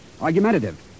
argumentative